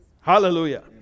hallelujah